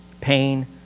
pain